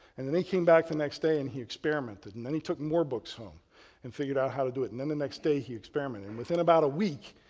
and then he came back the next day and he experimented, and then he took more books home and figured out how to do it. and then the next day he experimented. and within about a week,